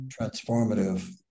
transformative